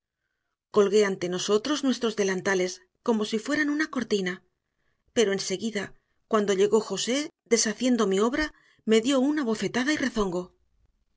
colgué ante nosotros nuestros delantales como si fueran una cortina pero enseguida cuando llegó josé deshaciendo mi obra me dio una bofetada y rezongó